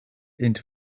into